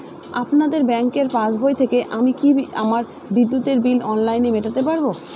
আপনাদের ব্যঙ্কের পাসবই থেকে আমি কি আমার বিদ্যুতের বিল অনলাইনে মেটাতে পারবো?